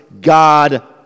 God